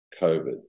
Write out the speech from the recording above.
COVID